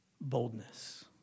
boldness